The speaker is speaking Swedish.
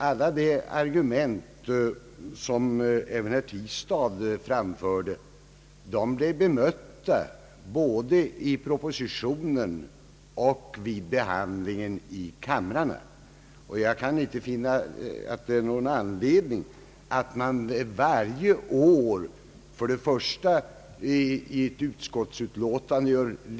Alla de argument som herr Tistad framfört blev bemötta både i propositionen och vid behandlingen i kamrarna, och jag kan inte finna någon anledning till att varje år göra lika omfattande recit i utskottsutlåtandet.